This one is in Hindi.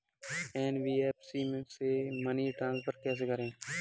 एन.बी.एफ.सी से मनी ट्रांसफर कैसे करें?